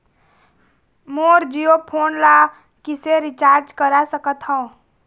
मोर Jio phone ला किसे recharge करा सकत हवं?